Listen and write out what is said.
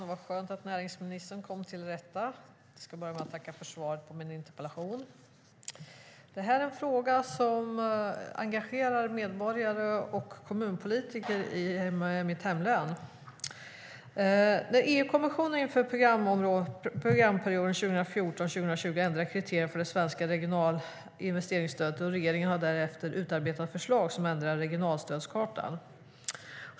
Herr talman! Jag ska börja med att tacka för svaret på min interpellation. Det här är en fråga som engagerar medborgare och kommunpolitiker i mitt hemlän. EU-kommissionen ändrade inför programperioden 2014-2020 kriterierna för det svenska regionala investeringsstödet. Regeringen har därefter utarbetat förslag som ändrar regionalstödskartan.